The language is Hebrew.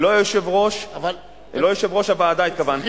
לא יושב-ראש הוועדה, התכוונתי.